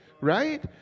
right